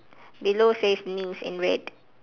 below says news in red